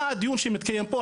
על מה הדיון שמתקדם פה?